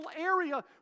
area